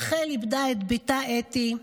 רחל איבדה את בתה אתי,